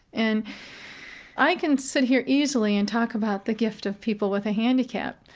and i can sit here easily and talk about the gift of people with a handicap,